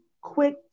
quick